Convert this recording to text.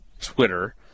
Twitter